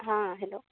हँ हेलो